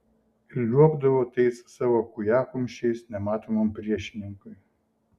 liuobdavo tais savo kūjakumščiais nematomam priešininkui